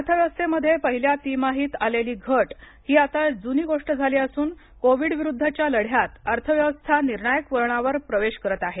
अर्थव्यवस्थेमध्ये पहिल्या तिमाहीत आलेली घट ही आता जुनी गोष्ट झाली असून कोविड विरुद्धच्या लढ्यात अर्थव्यवस्था निर्णायक वळणावर प्रवेश करत आहे